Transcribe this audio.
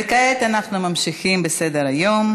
וכעת אנחנו ממשיכים בסדר-היום,